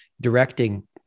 directing